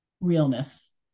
realness